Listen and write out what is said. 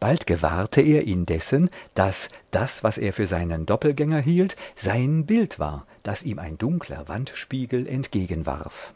bald gewahrte er indessen daß das was er für seinen doppelgänger hielt sein bild war das ihm ein dunkler wandspiegel entgegenwarf